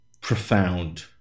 profound